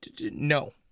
No